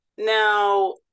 Now